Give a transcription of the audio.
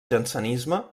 jansenisme